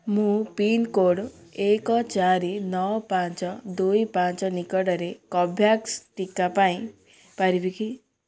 ମୁଁ ପିନ୍କୋଡ଼୍ ଏକ ଚାରି ନଅ ପାଞ୍ଚ ଦୁଇ ପାଞ୍ଚ ନିକଟରେ କର୍ବେଭ୍ୟାକ୍ସ ଟିକା ପାଇପାରିବି କି